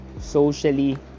socially